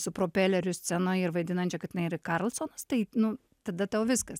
su propeleriu scenoj ir vaidinančią kad jinai yra karlsonas tai nu tada tau viskas